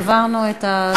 עברנו את הזמן.